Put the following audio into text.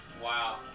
Wow